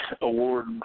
award